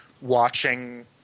watching